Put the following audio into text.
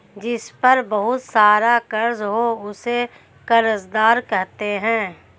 जिस पर बहुत सारा कर्ज हो उसे कर्जदार कहते हैं